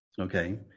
okay